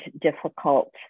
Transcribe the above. difficult